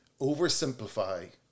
oversimplify